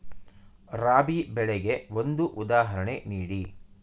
ರಾಬಿ ಬೆಳೆಗೆ ಒಂದು ಉದಾಹರಣೆ ನೀಡಿ